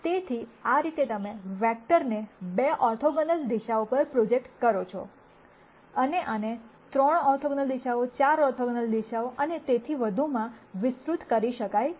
તેથી આ રીતે તમે વેક્ટરને 2 ઓર્થોગોનલ દિશાઓ પર પ્રોજેક્ટ કરો છો અને આને 3 ઓર્થોગોનલ દિશાઓ 4 ઓર્થોગોનલ દિશાઓ અને તેથી વધુમાં વિસ્તૃત કરી શકાય છે